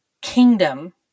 Kingdom